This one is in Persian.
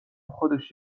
خودش